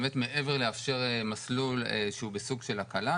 מעבר לאפשר מסלול שהוא בסוג של הכלה,